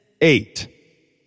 Eight